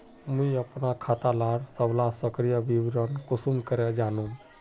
मुई अपना खाता डार सबला सक्रिय विवरण कुंसम करे जानुम?